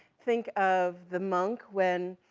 think of the monk, when